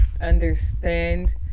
understand